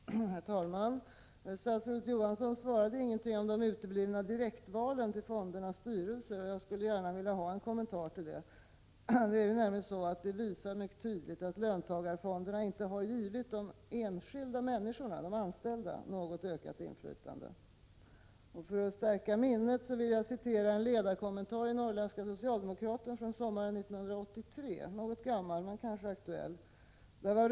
Herr talman! Statsrådet Johansson svarade inte på frågan om de uteblivna direktvalen till fondernas styrelser. Jag skulle gärna vilja ha en kommentar till detta. Det har nämligen mycket tydligt visats att löntagarfonderna inte har givit de enskilda människorna, de anställda, något ökat inflytande. För att stärka minnet vill jag citera en ledarkommentar i Norrländska Socialdemokraten sommaren 1983. Den är visserligen något gammal men kanske fortfarande aktuell.